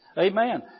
Amen